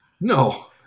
no